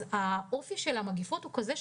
האופי של המגפות הוא כזה,